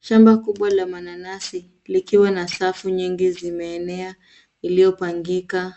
Shamba kubwa la mananasi likiwa na safu nyingi zimeenea iliyopangika